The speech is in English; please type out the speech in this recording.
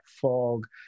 fog